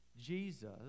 Jesus